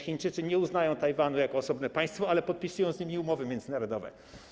Chińczycy nie uznają Tajwanu za osobne państwo, ale podpisują z nim umowy międzynarodowe.